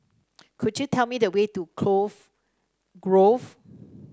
could you tell me the way to Cove Grove